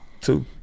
two